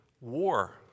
war